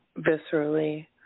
Viscerally